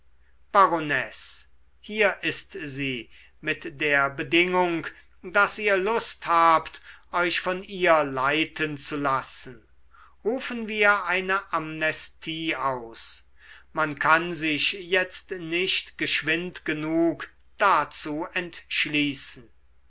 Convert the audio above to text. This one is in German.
hier ist sie mit der bedingung daß ihr lust habt euch von ihr leiten zu lassen rufen wir eine amnestie aus man kann sich jetzt nicht geschwind genug dazu entschließen